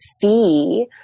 fee